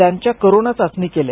त्यांच्या कोरोना चाचण्या केल्या